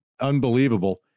Unbelievable